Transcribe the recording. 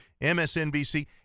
msnbc